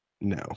No